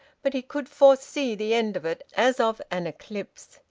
but he could foresee the end of it as of an eclipse.